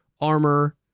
armor